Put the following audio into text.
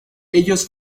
ellos